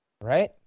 Right